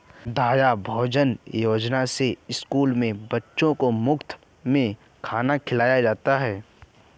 मध्याह्न भोजन योजना में स्कूल के बच्चों को मुफत में खाना खिलाया जाता है